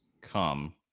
come